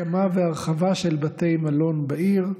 הקמה והרחבה של בתי מלון בעיר,